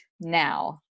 now